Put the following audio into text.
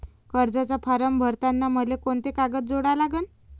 कर्जाचा फारम भरताना मले कोंते कागद जोडा लागन?